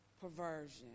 perversion